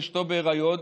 אשתו בהיריון,